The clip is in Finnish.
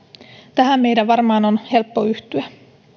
tähän meidän varmaan on helppo yhtyä